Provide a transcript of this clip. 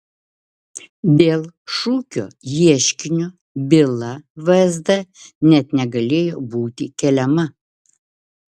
dėl šukio ieškinio byla vsd net negalėjo būti keliama